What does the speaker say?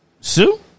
Sue